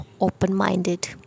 open-minded